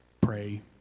pray